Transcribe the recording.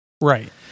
Right